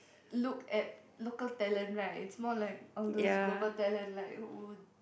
uh look at local talent right it's more like all those global talent like who